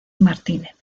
martínez